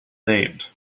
named